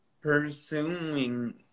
pursuing